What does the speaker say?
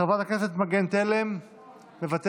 חברת הכנסת מגן תלם, מוותרת,